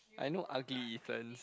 I know ugly Ethans